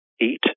eat